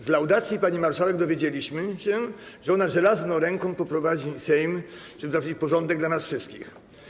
Z laudacji pani marszałek dowiedzieliśmy się, że ona żelazną ręką poprowadzi Sejm, że zaprowadzi porządek dla nas wszystkich.